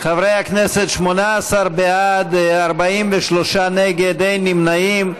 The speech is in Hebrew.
חברי הכנסת, 18 בעד, 43 נגד, אין נמנעים.